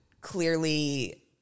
clearly